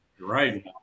Right